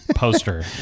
Poster